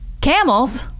camels